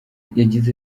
yagize